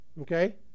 Okay